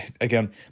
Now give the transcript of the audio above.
again